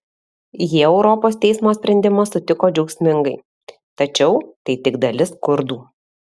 jie europos teismo sprendimą sutiko džiaugsmingai tačiau tai tik dalis kurdų